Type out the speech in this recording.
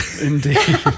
Indeed